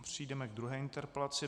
Přejdeme k druhé interpelaci.